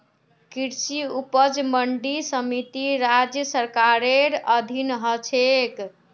कृषि उपज मंडी समिति राज्य सरकारेर अधीन ह छेक